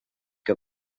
que